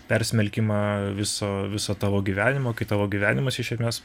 persmelkimą viso viso tavo gyvenimo kai tavo gyvenimas iš esmės